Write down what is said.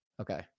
Okay